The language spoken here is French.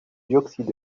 dioxyde